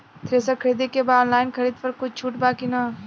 Thresher खरीदे के बा ऑनलाइन खरीद पर कुछ छूट बा कि न?